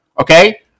Okay